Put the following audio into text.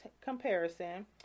comparison